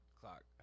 clock